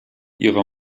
ihrer